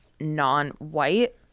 non-white